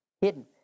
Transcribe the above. hidden